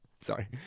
Sorry